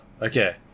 Okay